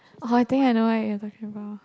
oh I think I know what you're talking about